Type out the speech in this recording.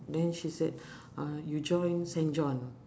then she said uh you join saint john